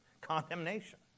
condemnation